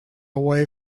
away